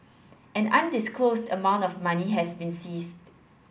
an undisclosed amount of money has been seized